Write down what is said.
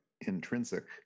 intrinsic